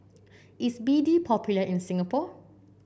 is B D popular in Singapore